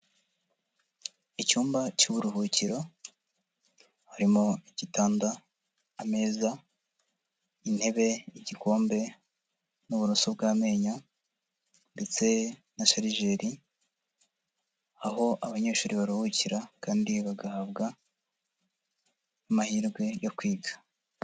Icyumba cy'uburuhukiro, harimo igitanda, ameza, intebe, igikombe n'uburoso bw'amenyo ndetse na sharijeri, aho abanyeshuri baruhukira kandi bagahabwa amahirwe yo kwiga.